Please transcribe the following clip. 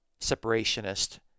separationist